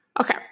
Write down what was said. Okay